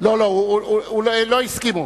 לא לא, לא הסכימו.